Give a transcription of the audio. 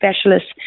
specialists